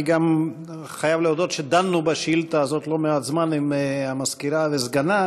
אני גם חייב להודות שדנו בשאילתה הזאת לא מעט זמן עם המזכירה וסגנה,